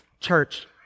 church